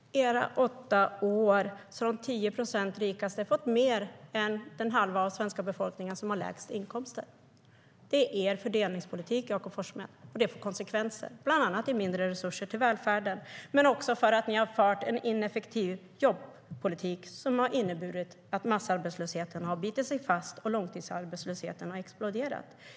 STYLEREF Kantrubrik \* MERGEFORMAT Utgiftsramar och beräkning av stats-inkomsternaHerr talman! Under era åtta år har de 10 procent rikaste fått mer än den halva av svenska befolkningen som har lägst inkomster. Det är er fördelningspolitik, Jakob Forssmed. Det får konsekvenser, bland annat i mindre resurser till välfärden. Men ni har också fört en ineffektiv jobbpolitik som har inneburit att massarbetslösheten har bitit sig fast och att långtidsarbetslösheten har exploderat.